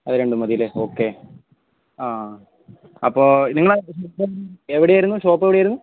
അത് രണ്ടും മതി അല്ലേ ഓക്കെ ആ അപ്പോൾ നിങ്ങൾ എവിടെയായിരുന്നു ഷോപ്പ് എവിടെയായിരുന്നു